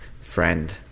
friend